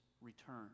return